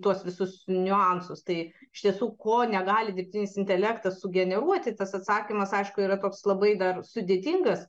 tuos visus niuansus tai iš tiesų ko negali dirbtinis intelektas sugeneruoti tas atsakymas aišku yra toks labai dar sudėtingas